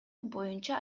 боюнча